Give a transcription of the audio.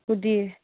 hoodie